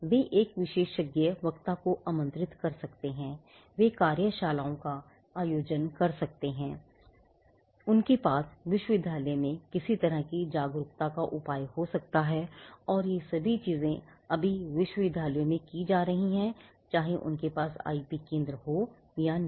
वे एक विशेषज्ञ वक्ता को आमंत्रित कर सकते हैं वे कार्यशालाओं का आयोजन कर सकते हैं उनके पास विश्वविद्यालय में किसी तरह का जागरूकता उपाय हो सकता है और ये सभी चीजें अभी विश्वविद्यालयों में की जा रही हैं चाहे उनके पास आईपी केंद्र हो या नहीं